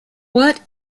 what